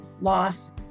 loss